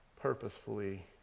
purposefully